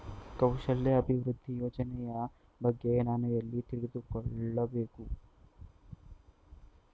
ಕೌಶಲ್ಯ ಅಭಿವೃದ್ಧಿ ಯೋಜನೆಯ ಬಗ್ಗೆ ನಾನು ಎಲ್ಲಿ ತಿಳಿದುಕೊಳ್ಳಬೇಕು?